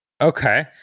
Okay